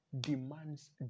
demands